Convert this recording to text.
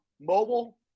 mobile